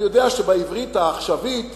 אני יודע שבעברית העכשווית